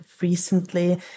recently